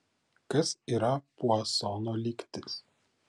kas yra puasono lygtis